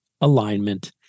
alignment